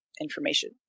information